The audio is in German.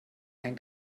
hängt